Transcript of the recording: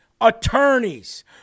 attorneys